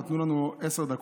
נתנו לנו עשר דקות,